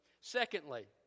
Secondly